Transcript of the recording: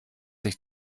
sich